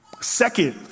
Second